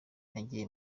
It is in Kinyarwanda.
nagiye